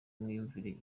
mwiyumvire